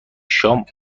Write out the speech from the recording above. شام